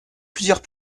plusieurs